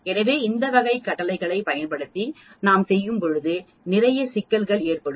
எனவே இந்த வகை கட்டளையைப் பயன்படுத்தி நாம் செல்லும்போது நிறைய சிக்கல்கள் ஏற்படும்